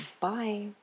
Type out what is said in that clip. Bye